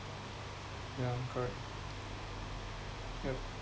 yeah correct yup